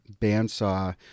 bandsaw